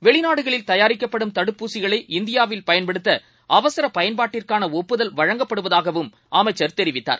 வெளிநாடுகளில் தயாரிக்கப்படும் தடுப்பூசிகளை இந்தியாவில் பயன்படுத்தஅவசரபயன்பாட்டிற்கானஒப்புதல் வழங்கப்படுவதாகவும் அமைச்சர் தெரிவித்தார்